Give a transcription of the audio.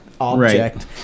object